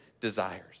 desires